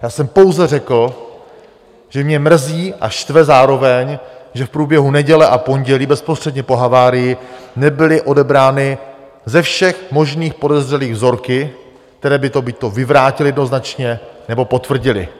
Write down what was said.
Já jsem pouze řekl, že mě mrzí a štve zároveň, že v průběhu neděle a pondělí bezprostředně po havárii nebyly odebrány ze všech možných podezřelých vzorky, které by to buďto vyvrátily jednoznačně, nebo potvrdily.